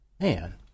man